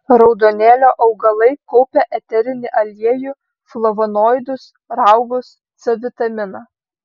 raudonėlio augalai kaupia eterinį aliejų flavonoidus raugus c vitaminą